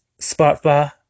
Spotify